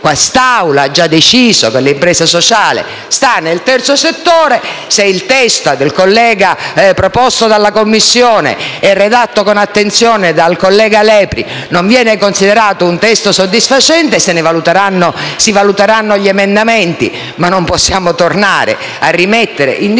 Quest'Aula ha già deciso che l'impresa sociale sta nel terzo settore. Se il testo proposto dalla Commissione e redatto con attenzione dal collega Lepri non viene considerato un testo soddisfacente, si valuteranno gli emendamenti ma non possiamo tornare a rimettere in discussione